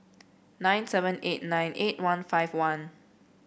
nine seven eight nine eight one five one